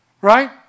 Right